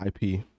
ip